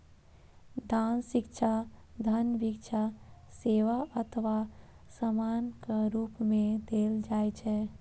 दान शिक्षा, धन, भिक्षा, सेवा अथवा सामानक रूप मे देल जाइ छै